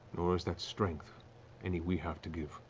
nor is that strength any we have to give.